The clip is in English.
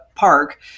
Park